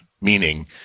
meaning